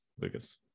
Lucas